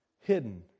hidden